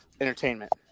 entertainment